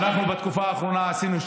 אנחנו בתקופה האחרונה עשינו,